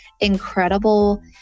incredible